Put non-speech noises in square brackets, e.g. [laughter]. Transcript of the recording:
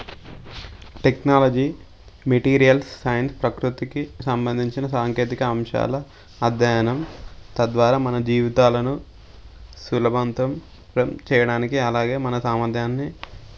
technology materials [unintelligible] ప్రకృతికి సంబంధించిన సాంకేతిక అంశాల అధ్యయనం తద్వారా మన జీవితాలను సులభవంతం చేయడానికి అలాగే మన సామర్థ్యాన్ని